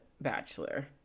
Bachelor